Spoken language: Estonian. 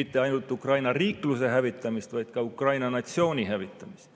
mitte ainult Ukraina riikluse hävitamist, vaid ka Ukraina natsiooni hävitamist.